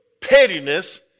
pettiness